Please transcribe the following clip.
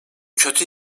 kötü